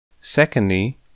Secondly